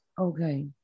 Okay